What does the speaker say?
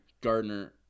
Gardner